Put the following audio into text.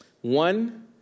One